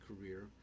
career